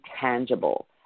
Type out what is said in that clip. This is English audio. tangible